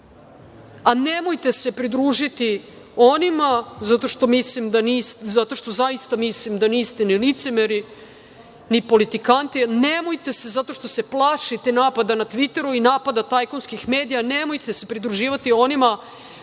struke. Nemojte se pridružiti onima zato što zaista mislim da niste ni licemeri, ni politikanti. Nemojte, zato što se plašite napada na tviteru i napada tajkunskih medija, nemojte se pridruživati onima